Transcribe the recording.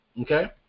okay